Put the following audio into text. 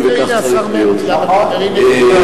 מולה, אתה רואה, אני עקבי.